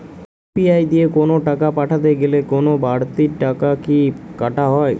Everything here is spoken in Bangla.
ইউ.পি.আই দিয়ে কোন টাকা পাঠাতে গেলে কোন বারতি টাকা কি কাটা হয়?